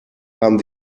haben